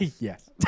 Yes